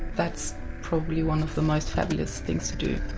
that's probably one of the most fabulous things to do.